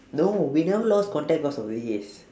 no we never lost contact cause of this